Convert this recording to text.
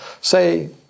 Say